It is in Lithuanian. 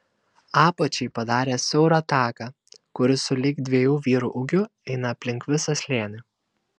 apačiai padarė siaurą taką kuris sulig dviejų vyrų ūgiu eina aplink visą slėnį